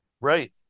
Right